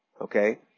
Okay